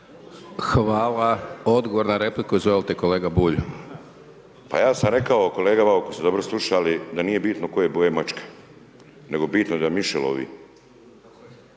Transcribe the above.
Hvala. Odgovor na repliku, izvolite kolega Bulj. **Bulj, Miro (MOST)** Ja sam rekao kolegama, ako su dobro slušali, da nije bitno koja je boja mačke, nego je bitno da miša lovi.